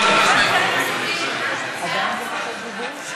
כל ההסתייגויות.